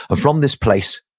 from this place,